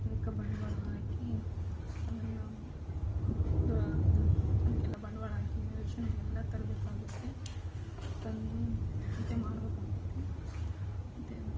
ಅದಕ್ಕೆ ಬಂಡವಾಳ ಹಾಕಿ ಅದನ್ನು ಇದು ಅದಕ್ಕೆಲ್ಲ ಬಂಡವಾಳ ಹಾಕಿ ರೇಷನ್ ಎಲ್ಲ ತರಬೇಕಾಗುತ್ತೆ ತಂದು ಮತ್ತೆ ಮಾಡಬೇಕಾಗುತ್ತೆ ಮತ್ತು